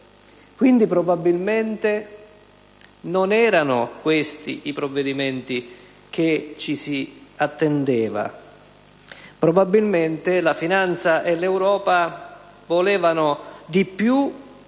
notizia. Probabilmente non erano questi i provvedimenti che ci si attendeva. Probabilmente la finanza e l'Europa volevano di più,